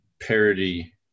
parody